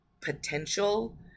potential